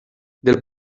del